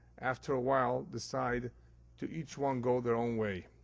after a while decide to each one go their own way.